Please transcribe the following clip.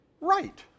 right